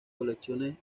colecciones